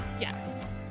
Yes